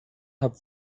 hat